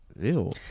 Ew